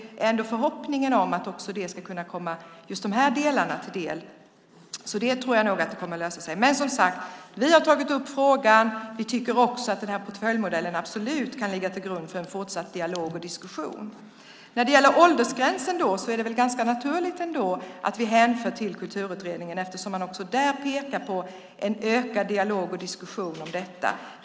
Förhoppningen är ändå att det ska komma just dessa saker till del. Det tror jag nog kommer att lösas. Men vi har, som sagt, tagit upp frågan. Vi tycker också att den här portföljmodellen absolut kan ligga till grund för en fortsatt dialog och diskussion. När det gäller åldersgränsen är det väl ganska naturligt att vi hänför till Kulturutredningen eftersom man också där pekar på en ökad dialog och diskussion om detta.